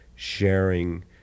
sharing